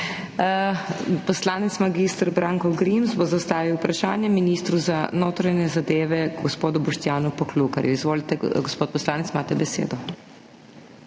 Poslanec mag. Branko Grims bo zastavil vprašanje ministru za notranje zadeve gospodu Boštjanu Poklukarju. Izvolite, gospod poslanec, imate besedo.